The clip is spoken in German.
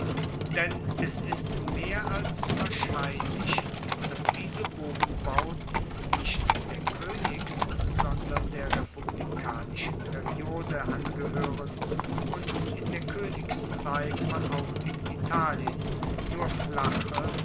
denn es ist mehr als wahrscheinlich dass diese bogenbauten nicht der koenigs sondern der republikanischen periode angehoeren und in der koenigszeit man auch in italien nur flache